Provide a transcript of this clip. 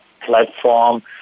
platform